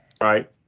right